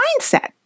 mindset